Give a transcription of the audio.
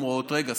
אומרים: רגע,